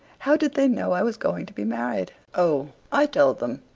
how did they know i was going to be married? oh, i told them.